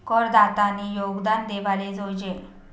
करदातानी योगदान देवाले जोयजे